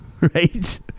Right